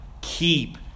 keep